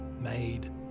made